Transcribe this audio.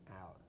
out